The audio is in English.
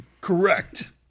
Correct